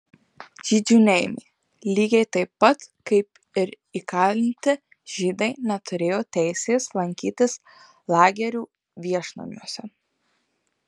žydžių neėmė lygiai taip pat kaip ir įkalinti žydai neturėjo teisės lankytis lagerių viešnamiuose